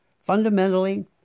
Fundamentally